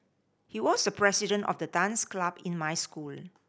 he was the president of the dance club in my school